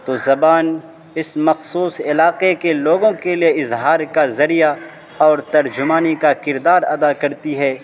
تو زبان اس مخصوص علاقے کے لوگوں کے لیے اظہار کا ذریعہ اور ترجمانی کا کردار ادا کرتی ہے